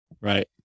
Right